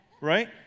right